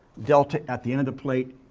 delta, at the end of the plate,